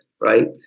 right